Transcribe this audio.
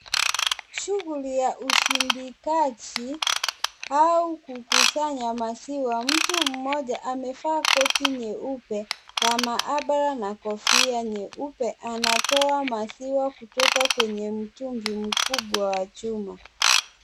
Shughuli ya usindikazaji au kukusanya maziwa. Mtu mmoja amevaa koti nyeupe la maabara na kofia nyeupe anatoa maziwa kutoka kwenye mtungi mkubwa wa chuma.